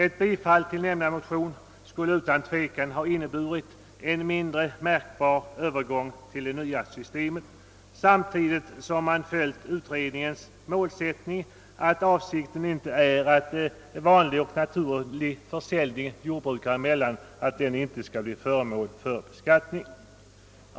Ett bifall till nämnda motion skulle utan tvivel innebära en mindre märkbar övergång till det nya systemet samtidigt som man då följer utredningens målsättning, att avsikten inte är att beskatta vanlig och naturlig försälining jordbrukare emellan.